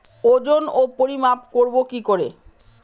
ওজন ও পরিমাপ করব কি করে?